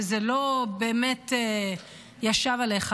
וזה לא באמת ישב עליך,